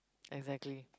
exactly